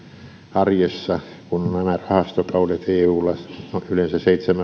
arjessa kun nämä rahastokaudet eulla ovat yleensä seitsemän